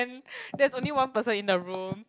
there's only one person in the room